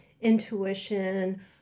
intuition